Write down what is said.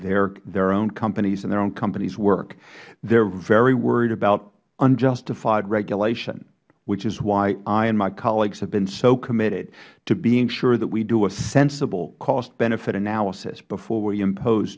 their own companies and their own companys work they are very worried about unjustified regulation which is why i and my colleagues have been so committed to being sure that we do a sensible cost benefit analysis before we